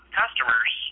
customers